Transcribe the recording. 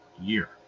year